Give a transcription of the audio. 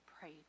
pray